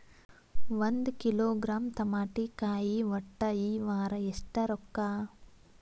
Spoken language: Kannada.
ಒಂದ್ ಕಿಲೋಗ್ರಾಂ ತಮಾಟಿಕಾಯಿ ಒಟ್ಟ ಈ ವಾರ ಎಷ್ಟ ರೊಕ್ಕಾ?